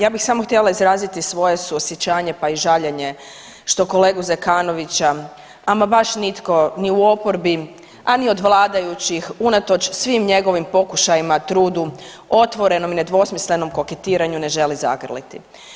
Ja bih samo htjela izraziti svoje suosjećanje pa i žaljenje što kolegu Zekanovića ama baš niko ni u oporbi, a ni od vladajućih unatoč svim njegovim pokušajima, trudu, otvorenom i nedvosmislenom koketiranju ne želi zagrliti.